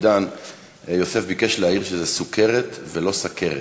עידן יוסף ביקש להעיר שזה סוכרת ולא סכרת.